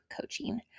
coaching